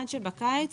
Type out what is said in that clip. עד שבקיץ